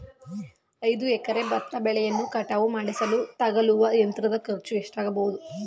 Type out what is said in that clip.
ಐದು ಎಕರೆ ಭತ್ತ ಬೆಳೆಯನ್ನು ಕಟಾವು ಮಾಡಿಸಲು ತಗಲುವ ಯಂತ್ರದ ಖರ್ಚು ಎಷ್ಟಾಗಬಹುದು?